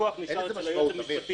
שהכוח נשאר אצל היועץ המשפטי.